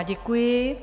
Děkuji.